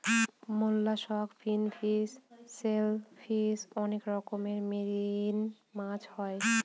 mollusc, finfish, shellfish অনেক রকমের marine মাছ হয়